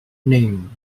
name